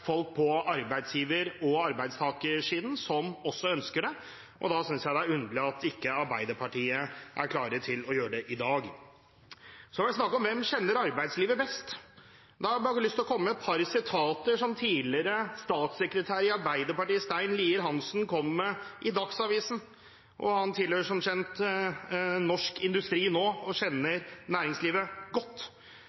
folk på både arbeidsgiver- og arbeidstakersiden som ønsker dette. Da er det underlig at ikke Arbeiderpartiet er klar til å gjøre dette i dag. Det er snakk om hvem som kjenner arbeidslivet best. Jeg har lyst til å komme med et par sitater som tidligere statssekretær i Arbeiderpartiet, Stein Lier-Hansen, kom med i Dagsavisen. Han tilhører som kjent Norsk Industri nå og kjenner næringslivet godt.